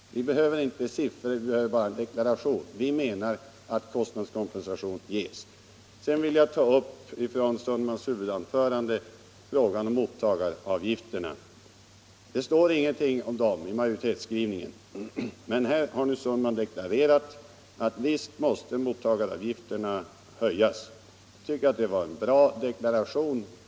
Vi behöver inte siffror: Vi behöver bara en deklaration: Vi menar att full kompensation för kostnadsökningarna ges. Sedan vill jag ta upp frågan om mottagaravgifterna, som herr Sundman talade om i sitt huvudanförande. Det står ingenting om dem 1 majoritetsskrivningen, men här har herr Sundman deklarerat: Visst måste mottagaravgifterna höjas. Jag tycker att det var en bra deklaration.